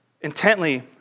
intently